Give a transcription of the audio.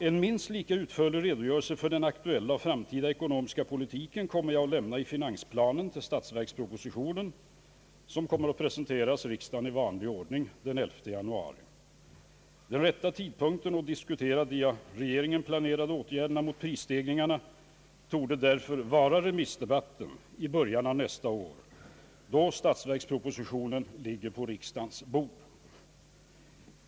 En minst lika utförlig redogörelse för den aktuella och framtida ekonomiska politiken kommer jag att lämna i finansplanen till den statsverksproposition, som kommer att presenteras riksdagen i vanlig ordning den 11 januari. Den rätta tidpunkten att diskutera de av regeringen planerade åtgärderna mot prisstegringarna torde därför vara remissdebatten i början av nästa år, då statsverkspropositionen ligger på riksdagens bord.